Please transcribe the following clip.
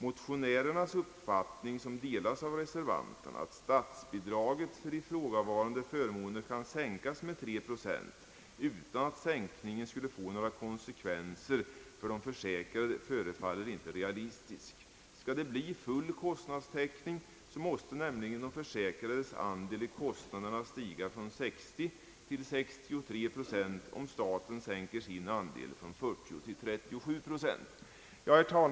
Motionärernas uppfattning, som delas av reservanterna, att statsbidraget för ifrågavarande förmåner kan sänkas med 3 procent utan att sänkningen skulle få några konsekvenser för de försäkrade förefaller inte realistisk. Skall det bli full kostnadstäck ning måste nämligen de försäkrades andel i kostnaderna stiga från 60 procent till 63 procent om staten sänker sin andel från 40 procent till 37 procent.